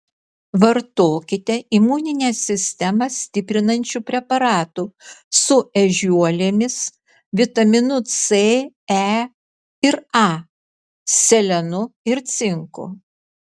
vartokite imuninę sistemą stiprinančių preparatų su ežiuolėmis vitaminu c e ir a selenu ir cinku